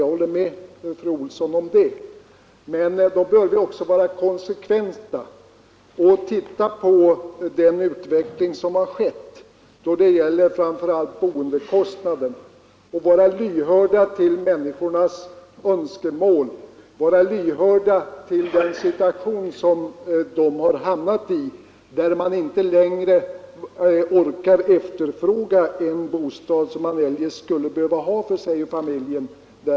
Jag håller med fru Olsson om detta. Men då måste vi också vara konsekventa och se på den utveckling som har skett framför allt beträffande boendekostnaderna och vara lyhörda för människors önskemål i den situation som de har hamnat i, då de på grund av höga boendekostnader inte längre kan efterfråga den bostad som de eljest skulle vilja ha och behöver.